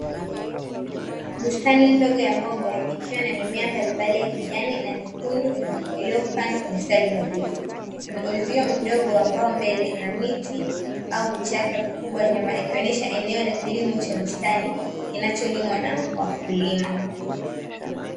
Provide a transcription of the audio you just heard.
Bustani ndogo ya mboga ikiwa na mimea mbalimbali ya kijani na nyekundu iliyopandwa kwa mistari nadhifu. Kuna uzio mdogo wa mbao mbele na miti au vichaka vikubwa nyuma ikionesha eneo la kilimo cha bustani kinacholimwa na wakulima.